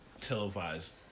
televised